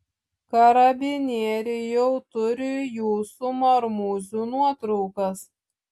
karabinieriai jau turi jūsų marmūzių nuotraukas